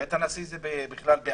בית הנשיא זה ב-(א).